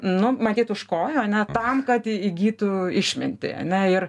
nu matyt už kojų ane tam kad įgytų išmintį ane ir